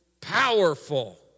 powerful